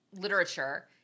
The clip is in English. literature